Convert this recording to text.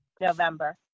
November